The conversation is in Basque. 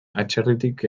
atzerritik